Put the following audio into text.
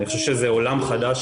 ואני חושב שזה עולם חדש